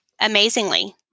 amazingly